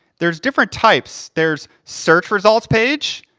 there's different types. there's search results page,